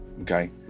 Okay